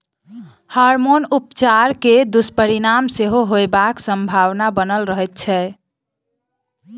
hormone उपचार के दुष्परिणाम सेहो होयबाक संभावना बनल रहैत छै